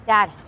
Dad